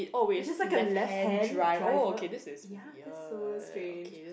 which is like a left hand driver ya that's so strange